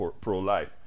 pro-life